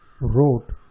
wrote